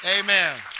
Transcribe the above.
amen